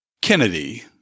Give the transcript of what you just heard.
Kennedy